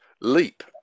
leap